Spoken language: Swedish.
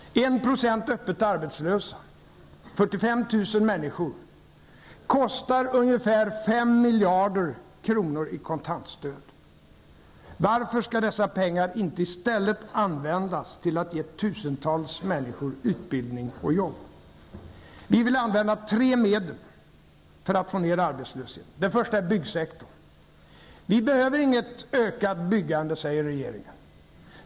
1 % öppet arbetslösa, 45 000 människor, kostar ungeför 5 miljarder kronor i kontantstöd. Varför skall dessa pengar inte i stället användas till att ge tusentals människor utbildning och jobb? Vi vill använda tre medel för att få ned arbetslösheten. Det första är byggsektorn. Vi behöver inget ökat byggande, säger regeringen.